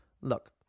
look